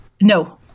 No